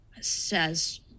says